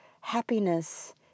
happiness